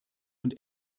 und